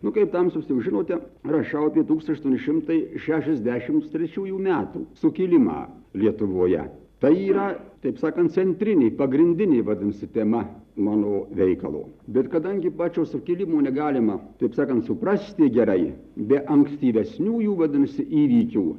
nu kaip tamstos jau žinote rašau apie aštuoni šimtai šešiasdšimt trečiųjų metų sukilimą lietuvoje tai yra taip sakant centrinė pagrindinė vadinasi tema mano veikalo bet kadangi pačio sukilimo negalima taip sakant suprasti gerai be ankstyvesniųjų vadinasi įvykių